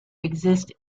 exist